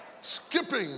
skipping